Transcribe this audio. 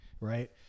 right